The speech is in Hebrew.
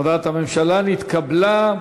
הודעת הממשלה נתקבלה.